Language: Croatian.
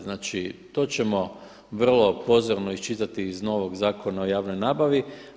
Znači, to ćemo vrlo pozorno iščitati iz novog Zakona o javnoj nabavi.